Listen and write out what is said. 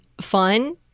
fun